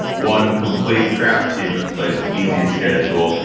one complete crap team that played an easy schedule,